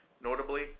Notably